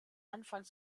anfang